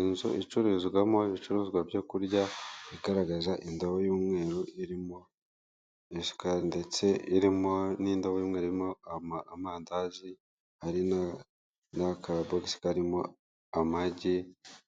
Inzu icuruzwamo ibicuruzwa byo kurya igaragaza indobo y'umweru iba irimo isukari ndetse n'indobo y'umweru irimo amandazi ari n'aka bogisi karimo amagi